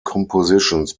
compositions